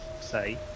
say